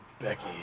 Becky